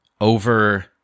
over